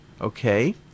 okay